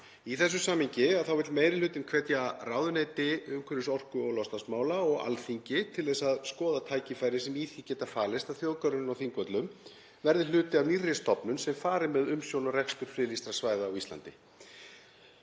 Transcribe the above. Í þessu samhengi vill meiri hlutinn hvetja ráðuneyti umhverfis-, orku- og loftslagsmála og Alþingi til að skoða tækifærin sem í því geta falist að þjóðgarðurinn á Þingvöllum verði hluti af nýrri stofnun sem fari með umsjón og rekstur friðlýstra svæða á Íslandi.